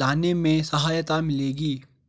लाने में सहायता मिलेगी